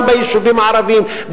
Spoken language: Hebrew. גם ביישובים הערביים,